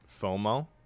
FOMO